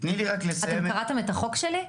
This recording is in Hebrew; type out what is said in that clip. תני לי רק לסיים -- אתם קראתם את החוק שלי?